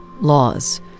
Laws